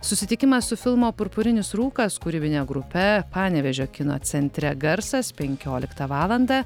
susitikimas su filmo purpurinis rūkas kūrybine grupe panevėžio kino centre garsas penkioliktą valandą